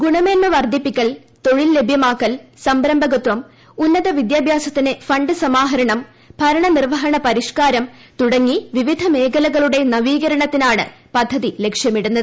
ഗുണമേന്മ വർദ്ധിപ്പിക്കൽ തൊഴിൽ ലഭ്യമാക്കൽ സംരംഭകത്വം ഉന്നത വിദ്യാഭ്യാസത്തിന് ഫണ്ട് സമാഹരണം ഭരണനിർവ്വഹണ പരിഷ്ക്കാരം തുടങ്ങി വിവിധ മേഖലകളുടെ നവീകരണത്തിനാണ് പദ്ധതി ലക്ഷ്യമിടുന്നത്